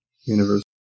universe